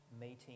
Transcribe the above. meeting